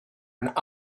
and